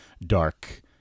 dark